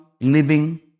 living